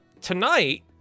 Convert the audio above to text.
Tonight